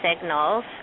signals